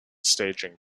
staging